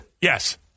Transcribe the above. Yes